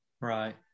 Right